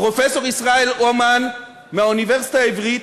פרופסור ישראל אומן מהאוניברסיטה העברית,